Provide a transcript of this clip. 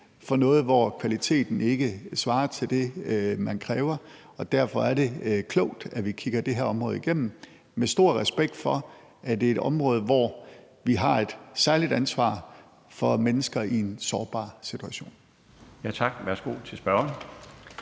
for noget, hvor kvaliteten ikke svarer til det, man kræver. Og derfor er det klogt, at vi kigger det her område igennem, med stor respekt for at det er et område, hvor vi har et særligt ansvar for mennesker i en sårbar situation.